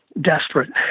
desperate